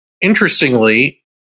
interestingly